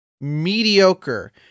mediocre